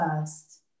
first